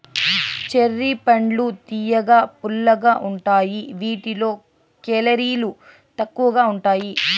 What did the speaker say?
cherry పండ్లు తియ్యగా, పుల్లగా ఉంటాయి వీటిలో కేలరీలు తక్కువగా ఉంటాయి